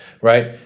right